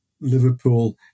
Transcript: Liverpool